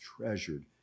treasured